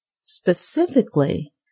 Specifically